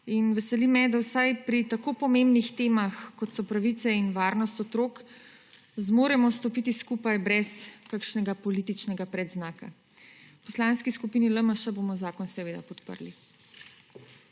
Veseli me, da vsaj pri tako pomembnih temah, kot so pravice in varnost otrok, zmoremo stopiti skupaj brez kakšnega političnega predznaka. V Poslanski skupini LMŠ bomo zakon seveda podprli.